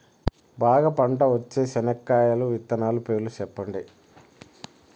బాగా పంట వచ్చే చెనక్కాయ విత్తనాలు పేర్లు సెప్పండి?